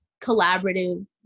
collaborative